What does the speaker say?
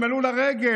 הם עלו לרגל.